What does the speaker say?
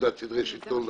בפקודת סדרי שלטון והמשפט,